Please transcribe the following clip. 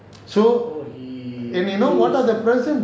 so and you know what other person